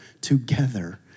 together